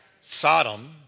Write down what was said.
Sodom